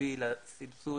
התקציבי לסבסוד,